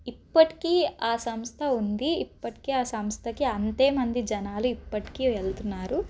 ఇప్పటికీ ఆ సంస్థ ఉంది ఇప్పటికీ ఆ సంస్థకి అంతే మంది జనాలు ఇప్పటికీ వెళ్తున్నారు